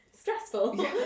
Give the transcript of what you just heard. Stressful